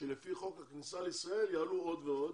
שלפי חוק הכניסה לישראל יעלו עוד ועוד.